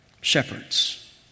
shepherds